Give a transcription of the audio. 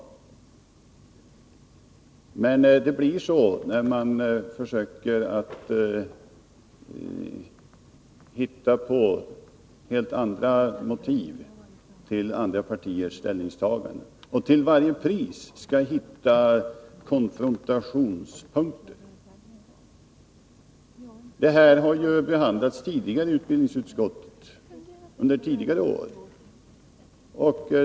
Det blir så när man försöker att hitta på helt andra motiv till andra partiers ställningstaganden och till varje pris skall hitta konfrontationspunkter. Den här frågan har behandlats tidigare i utbildningsutskottet, under tidigare år.